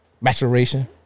Maturation